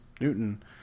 Newton